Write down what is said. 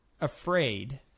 afraid